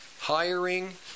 hiring